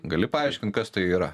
gali paaiškint kas tai yra